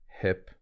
hip